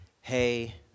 hey